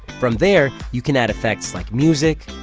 from there, you can add effects like music